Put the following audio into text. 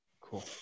Cool